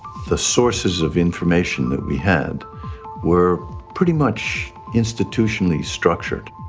the sources of information that we had were pretty much institutionally structured.